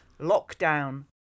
Lockdown